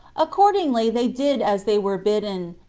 accordingly, they did as they were bidden,